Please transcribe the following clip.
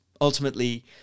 ultimately